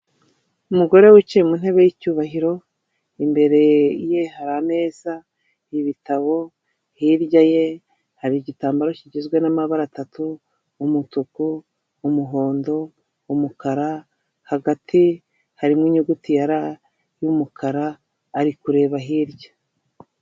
Umugore wicaye mu ntebe y'icyubahiro imbere ye hari ameza ibitabo, hirya ye hari igitambaro kigizwe n'amabara atatu umutuku, umuhondo, umukara hagati harimo inyuguti ya ra y'umukara ari kureba hirya.